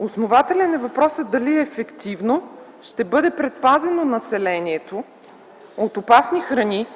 Основателен е въпросът дали ефективно ще бъде предпазено населението от опасни храни,